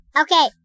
Okay